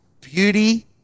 beauty